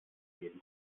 jeden